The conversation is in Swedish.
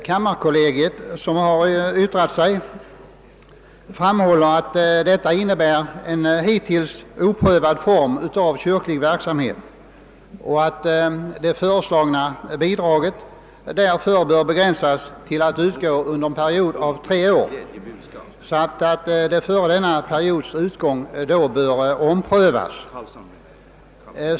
Kammarkollegiet, som har yttrat sig, framhåller att detta innebär en hittills oprövad form av kyrklig verksamhet och att det föreslagna bidraget därför bör begränsas till att utgå under en period av tre år. Före utgången av denna period bör frågan omprövas.